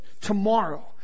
tomorrow